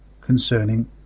concerning